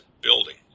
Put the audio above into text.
building